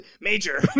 Major